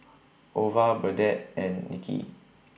Ova Burdette and Nicki